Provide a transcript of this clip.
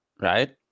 right